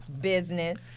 business